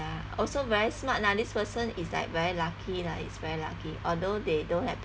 ya also very smart lah this person is like very lucky lah it's very lucky although they don't have